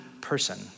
person